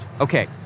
Okay